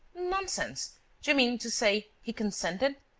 nonsense! do you mean to say, he consented?